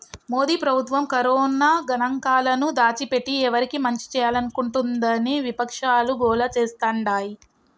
మోదీ ప్రభుత్వం కరోనా గణాంకాలను దాచిపెట్టి ఎవరికి మంచి చేయాలనుకుంటోందని విపక్షాలు గోల చేస్తాండాయి